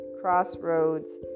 crossroads